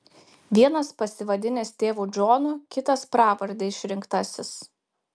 vienas pasivadinęs tėvu džonu kitas pravarde išrinktasis